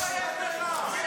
תתבייש לך, בושה.